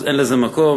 אין לזה מקום,